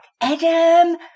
Adam